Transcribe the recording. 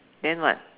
then what